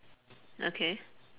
okay